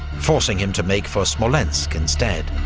forcing him to make for smolensk instead.